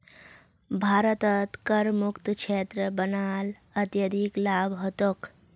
भारतक करमुक्त क्षेत्र बना ल अत्यधिक लाभ ह तोक